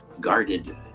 guarded